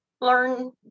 learn